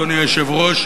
אדוני היושב-ראש,